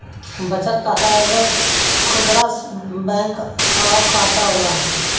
बचत खाता एगो खुदरा बैंक कअ खाता होला